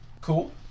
Cool